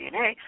DNA